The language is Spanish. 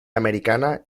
americana